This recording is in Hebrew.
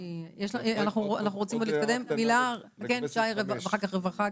הערה קטנה לגבי תקנת משנה (5).